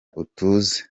utuze